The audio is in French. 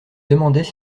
demandais